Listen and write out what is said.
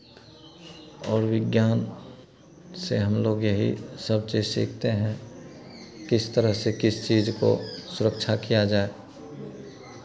और विज्ञान से हम लोग यही सब चीज़ सीखते हैं किस तरह से किस चीज़ को सुरक्षा किया जाए